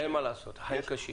אין מה לעשות, חיים קשים.